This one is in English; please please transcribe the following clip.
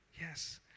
Yes